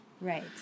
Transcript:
Right